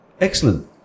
Excellent